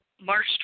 March